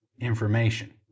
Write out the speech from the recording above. information